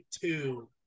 two